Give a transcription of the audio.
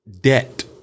debt